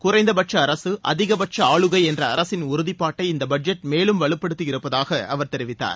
குறைந்தபட்ச அரக அதிகபட்ச ஆளுகை என்ற அரசின் உறுதிப்பாட்டை இந்த பட்ஜெட் மேலும் வலுப்படுத்தியிருப்பதாக அவர் தெரிவித்தார்